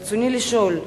רצוני לשאול: